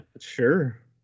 Sure